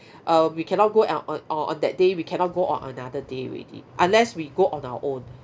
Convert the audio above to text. uh we cannot go on on on that day we cannot go on another day already unless we go on our own